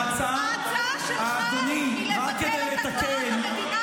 ההצעה שלך היא לבטל את הכרת המדינה כמדינה יהודית.